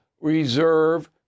reserve